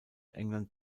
england